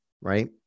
right